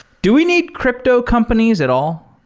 do we need crypto companies at all?